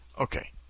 Okay